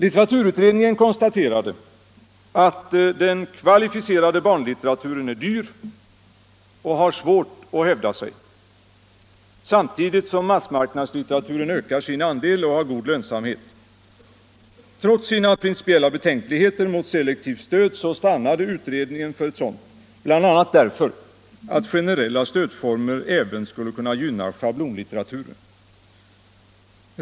Litteraturutredningen konstaterade att den kvalificerade barnlitteraturen är dyr och har svårt att hävda sig, samtidigt som massmarknadslitteraturen ökar sin andel och har god lönsamhet. Trots sina principiella betänkligheter mot selektivt stöd stannade utredningen för ett sådant, bl.a. därför att generella stödformer även skulle kunna gynna schablonlitteraturen.